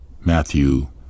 matthew